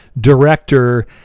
director